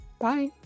Bye